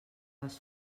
les